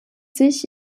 sich